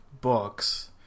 books